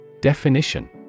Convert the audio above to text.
Definition